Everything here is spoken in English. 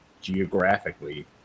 geographically